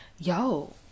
Yo